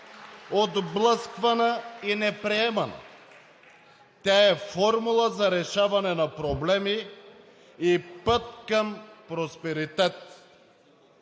отблъсквана и неприемана. Тя е формула за решаване на проблеми и път към просперитет.